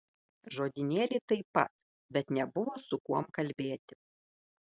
žodynėlį taip pat bet nebuvo su kuom kalbėti